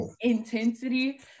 intensity